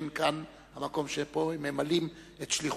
מי שמצביע הוא אדם שלא השתתף בכלל בדיון.